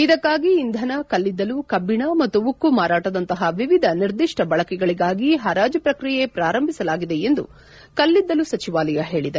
ಇದಕ್ಕಾಗಿ ಇಂಧನ ಕಲ್ಲಿದ್ದಲು ಕಜ್ಜಣ ಮತ್ತು ಉಕ್ಕು ಮಾರಾಟದಂತಹ ವಿವಿಧ ನಿರ್ದಿಷ್ಟ ಬಳಕೆಗಳಿಗಾಗಿ ಪರಾಜು ಪ್ರಕ್ರಿಯೆ ಪ್ರಾರಂಭಿಸಲಾಗಿದೆ ಎಂದು ಕಲ್ಲಿದ್ದಲು ಸಚಿವಾಲಯ ಹೇಳಿದೆ